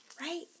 right